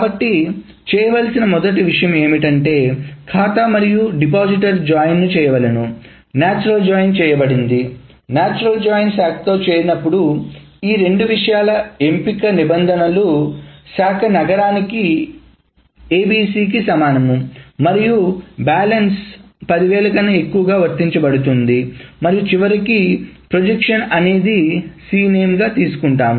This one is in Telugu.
కాబట్టి చేయవలసిన మొదటి విషయం ఏమిటంటే ఖాతా మరియు డిపాజిటర్ జాయిన్ చేయవలెను నాచురల్ జాయిన్ చేయబడింది నాచురల్ జాయిన్ శాఖ తో చేరినప్పుడు ఈ రెండు విషయాల ఎంపిక నిబంధనలు శాఖ నగరానికి ABC సమానము మరియు బ్యాలెన్సు10000 గా వర్తించబడుతుంది మరియు చివరకు ప్రొజెక్షన్ అనేది CNAME తీసుకుంటారు